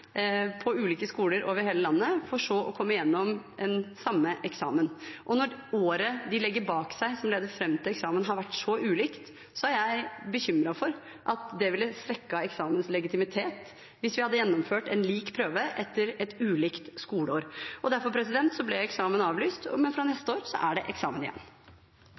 på ulike skoler over hele landet, for så å komme igjennom en lik eksamen. Når året som de legger bak seg, og som leder fram til eksamen, har vært så ulikt, er jeg bekymret for at det ville svekket eksamens legitimitet – hvis vi hadde gjennomført en lik prøve etter et ulikt skoleår. Derfor ble eksamen avlyst, men fra neste år er det eksamen igjen.